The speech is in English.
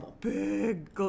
big